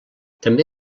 també